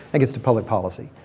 against public policy.